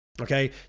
Okay